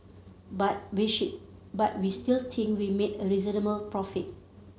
but we but we still think we made a reasonable profit